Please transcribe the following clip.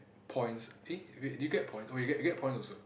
points eh wait do you get points oh you get you get points also